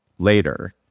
later